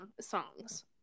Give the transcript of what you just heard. songs